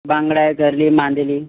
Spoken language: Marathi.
बांगडा आहे कर्ली मांदेली